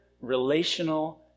relational